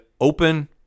open